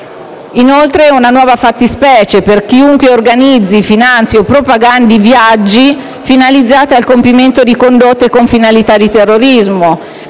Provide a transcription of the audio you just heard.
Inoltre, prevede una nuova fattispecie per chiunque organizzi, finanzi o propagandi viaggi finalizzati al compimento di condotte con finalità di terrorismo,